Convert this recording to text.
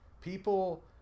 People